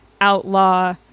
outlaw